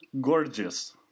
Gorgeous